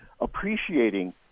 appreciating